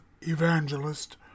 evangelist